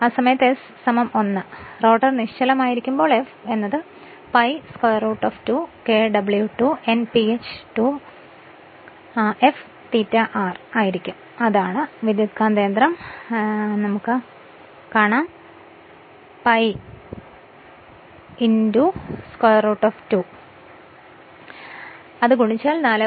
ആ സമയത്ത് s 1 rotor നിശ്ചലമായിരിക്കുമ്പോൾ f എന്നത് π √2 Kw2 Nph 2 f∅r ആയിരിക്കും അതാണ് ട്രാൻസ്ഫോർമർ π √2ൽ ചെയ്യുന്നത് അത് ഗുണിച്ചാൽ 4